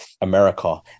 America